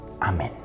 Amen